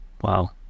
Wow